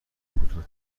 کوتاه